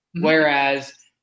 Whereas